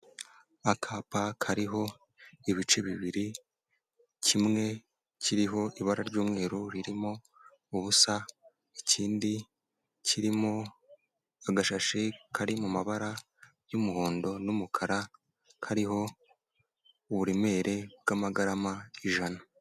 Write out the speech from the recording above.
Akapa kariho ibice bibiri; kimwe kiriho ibara ry'umweru ririmo ubusa; ikindi kirimo agashashi kari mu mabara y'umuhondo n'umukara; kariho uburemere bw'amagarama ijana.